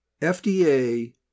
FDA